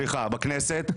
סליחה, בכנסת.